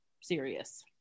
serious